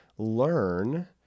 Learn